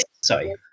Sorry